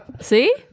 See